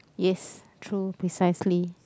yes true precisely